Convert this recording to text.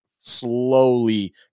slowly